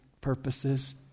purposes